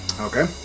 Okay